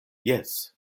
jes